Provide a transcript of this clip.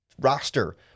Roster